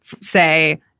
say